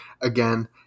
again